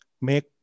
make